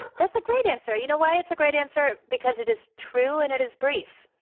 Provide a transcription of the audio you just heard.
that's a great answer you know why it's a great answer? because it is true and it is brief.